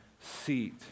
seat